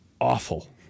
awful